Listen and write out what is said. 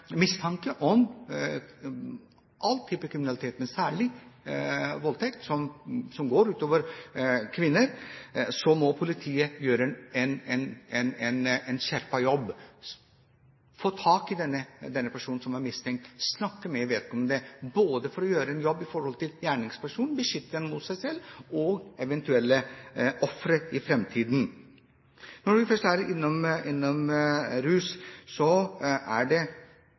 mistanke om all type kriminalitet, men særlig når det gjelder voldtekt, som går ut over kvinner, må politiet gjøre en skjerpet jobb, få tak i personen som er mistenkt, snakke med vedkommende både for å gjøre en jobb overfor gjerningspersonen, beskytte han mot seg selv, og eventuelle ofre i fremtiden. Når vi først er innom rus, er det, i hvert fall for mange av oss, hevet over enhver tvil at rus er en veldig viktig bit av kriminalitet. Det